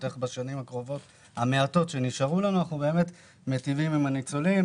איך בשנים המעטות שנשארו אנחנו מיטיבים עם הניצולים,